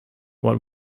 what